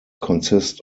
consist